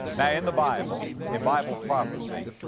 now in the bible, in bible prophecy,